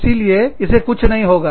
इसीलिए इसे कुछ नहीं होगा